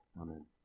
Amen